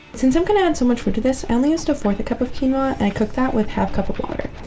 since i'm gonna add so much food to this, i only used a fourth a cup of quinoa, and i cook that with half a cup of water.